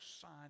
sign